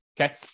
Okay